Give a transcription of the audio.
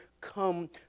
Come